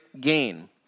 gain